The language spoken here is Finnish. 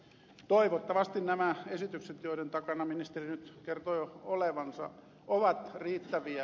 toivottavasti nämä esitykset joiden takana ministeri nyt kertoi olevansa ovat riittäviä